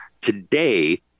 Today